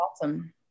Awesome